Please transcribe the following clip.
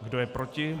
Kdo je proti?